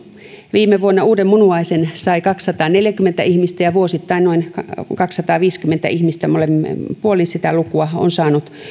viime vuonna uuden munuaisen sai kaksisataaneljäkymmentä ihmistä ja vuosittain noin kaksisataaviisikymmentä ihmistä molemmin puolin sitä lukua on saanut